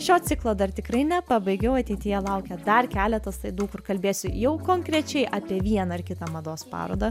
šio ciklo dar tikrai nepabaigiau ateityje laukia dar keletas tai daug kur kalbėsiu jau konkrečiai apie vieną ar kitą mados parodą